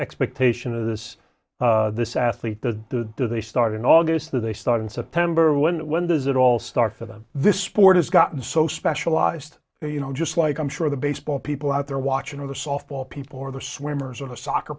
expectation of this this athlete to do they start in august that they start in september when when does it all start for them this sport has gotten so specialized you know just like i'm sure the baseball people out there watching of the softball people or the swimmers or soccer